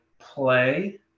play